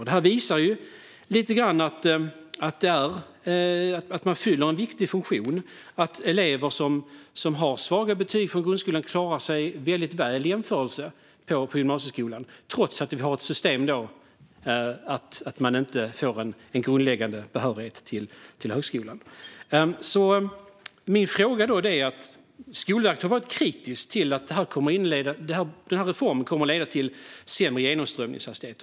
Det här visar att yrkesprogrammen fyller en viktig funktion och att elever som har svaga betyg från grundskolan klarar sig väldigt väl i jämförelse på gymnasieskolan, trots att vi har ett system där man inte får en grundläggande behörighet till högskolan. Skolverket har varit kritiskt till reformen och att den kommer att leda till sämre genomströmningshastighet.